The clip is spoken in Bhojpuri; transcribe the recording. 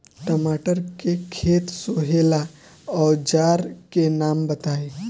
टमाटर के खेत सोहेला औजर के नाम बताई?